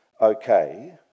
okay